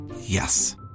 Yes